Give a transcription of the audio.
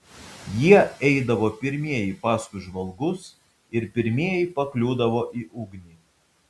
jie eidavo pirmieji paskui žvalgus ir pirmieji pakliūdavo į ugnį